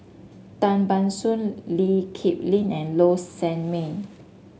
Tan Ban Soon Lee Kip Lin and Low Sanmay